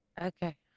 Okay